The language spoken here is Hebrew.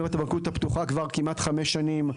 אם לא היה את הבנקאות הפתוחה כבר כמעט חמש שנים.